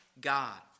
God